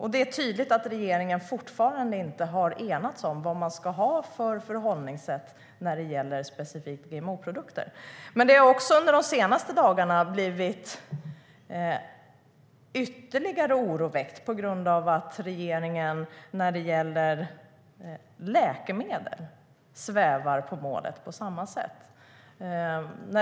Det är tydligt att regeringen fortfarande inte har enats om vad man ska ha för förhållningssätt till specifikt GMO-produkter. Men det har också under de senaste dagarna väckts ytterligare oro på grund av att regeringen när det gäller läkemedel svävar på målet på samma sätt.